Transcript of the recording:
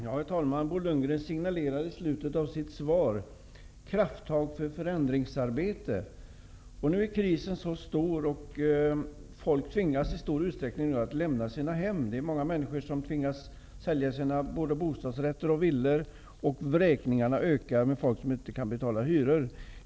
Herr talman! Bo Lundgren signalerade i slutet av sitt svar krafttag för ett förändringsarbete. Nu är krisen mycket omfattande, och folk tvingas i stor utsträckning att lämna sina hem. Många människor tvingas ju att sälja sina bostadsrätter och villor. Antalet vräkningar ökar. Det gäller människor som inte kan betala sina hyror.